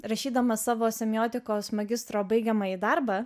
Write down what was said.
rašydama savo semiotikos magistro baigiamąjį darbą